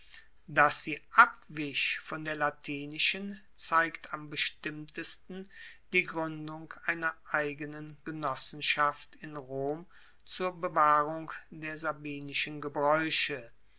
dass sie abwich von der latinischen zeigt am bestimmtesten die gruendung einer eigenen genossenschaft in rom zur bewahrung der sabinischen gebraeuche